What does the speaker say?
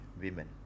women